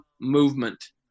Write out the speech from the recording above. movement